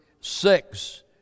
six